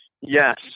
yes